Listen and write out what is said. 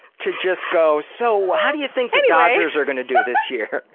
to just go, so how do you think the dodgers are gonna do this year?